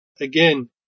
Again